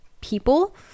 people